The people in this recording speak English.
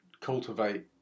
cultivate